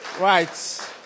Right